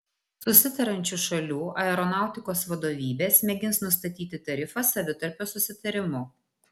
susitariančių šalių aeronautikos vadovybės mėgins nustatyti tarifą savitarpio susitarimu